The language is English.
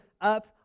up